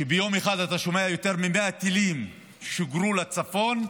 ביום אחד אתה שומע שיותר מ-100 טילים שוגרו לצפון,